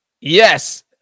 Yes